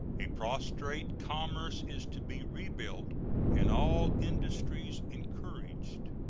a prostrate commerce is to be rebuilt and all industries encouraged.